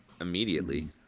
immediately